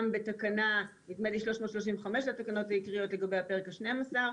בתקנה נדמה לי 335 לתקנות העיקריות לגבי הפרק ה-12,